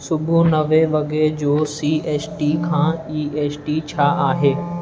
सुबुह नवे वॻे जो सी एस टी खां ई एस टी छा आहे